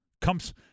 Comes